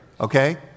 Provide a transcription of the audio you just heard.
Okay